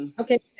okay